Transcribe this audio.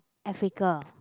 Africa